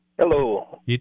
Hello